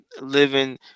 living